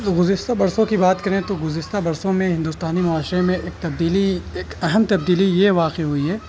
گزشتہ برسوں کی بات کریں تو گزشتہ برسوں میں ہندوستانی معاشرے میں ایک تبدیلی ایک اہم تبدیلی یہ واقع ہوئی ہے